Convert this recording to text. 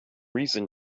reason